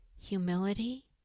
humility